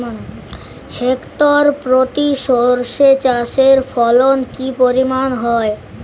Hectare প্রতি সর্ষে চাষের ফলন কি পরিমাণ হয়?